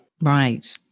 Right